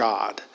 God